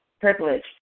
privilege